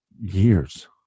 years